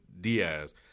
Diaz